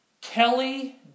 Kelly